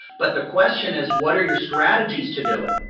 but the question is what are your strategies to do it?